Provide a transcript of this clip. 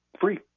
Free